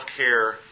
healthcare